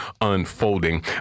unfolding